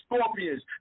scorpions